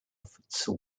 futsal